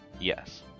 yes